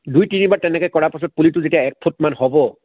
দুই তিনিবাৰ তেনেকৈ কৰা পিছত পুলিটো যেতিয়া এক ফুটমান হ'ব